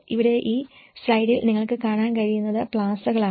ഇവിടെ ഈ സ്ലൈഡിൽ നിങ്ങൾക്ക് കാണാൻ കഴിയുന്നത് പ്ലാസകളാണ്